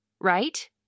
Right